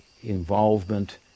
involvement